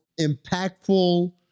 impactful